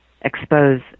expose